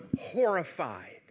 horrified